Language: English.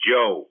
Joe